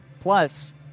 Plus